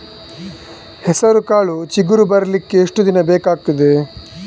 ಹೆಸರುಕಾಳು ಚಿಗುರು ಬರ್ಲಿಕ್ಕೆ ಎಷ್ಟು ದಿನ ಬೇಕಗ್ತಾದೆ?